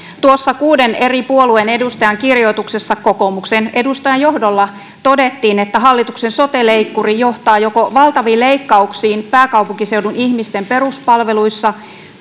tuossa kuuden eri puolueen edustajan kirjoituksessa kokoomuksen edustajan johdolla todettiin että hallituksen sote leikkuri johtaa joko valtaviin leikkauksiin pääkaupunkiseudun ihmisten peruspalveluissa